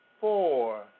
four